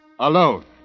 Alone